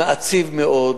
מעציב מאוד.